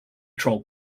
troll